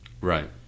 right